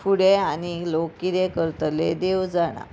फुडें आनीक लोक कितें करतले देव जाणा